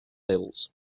levels